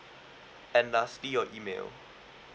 and lastly your email